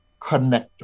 connector